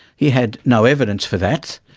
he had no evidence for that.